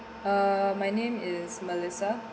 uh my name is melissa